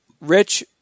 Rich